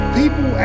people